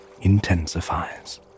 intensifies